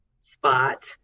spot